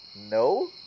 No